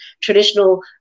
traditional